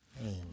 Amen